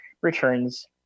returns